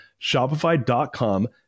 shopify.com